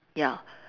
ya